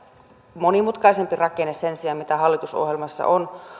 monimutkaisempi rakenne sen sijaan mitä hallitusohjelmassa on